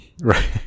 right